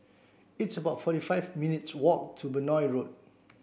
it's about forty five minutes walk to Benoi Road